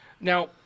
Now